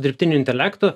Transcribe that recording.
dirbtiniu intelektu